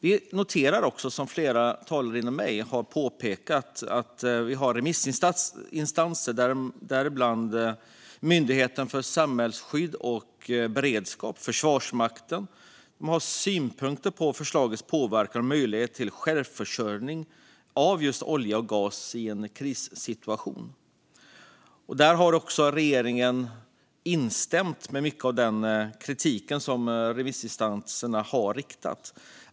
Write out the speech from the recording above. Vi noterar att några remissinstanser, däribland Myndigheten för samhällsskydd och beredskap och Försvarsmakten, har synpunkter på förslagets påverkan på möjligheten till självförsörjning av olja och gas i en krissituation. Regeringen har också instämt med mycket av den kritik som remissinstanserna har riktat.